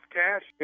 cash